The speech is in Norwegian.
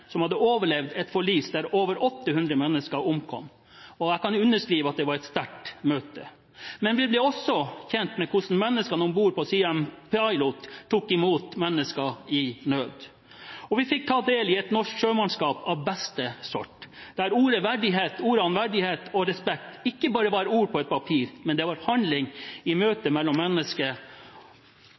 som hadde overlevd et forlis der over 800 mennesker omkom. Jeg kan underskrive på at det var et sterkt møte. Men vi ble også kjent med hvordan menneskene om bord på «Siem Pilot» tok imot mennesker i nød. Vi fikk ta del i et norsk sjømannskap av beste sort, der ordene verdighet og respekt ikke bare var ord på et papir, men det var handling i møtet mellom